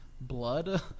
blood